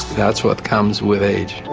that's what comes with age.